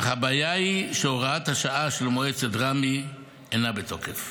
אך הבעיה היא שהוראת השעה של מועצת רמ"י אינה בתוקף.